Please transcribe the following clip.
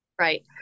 Right